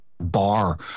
bar